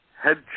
head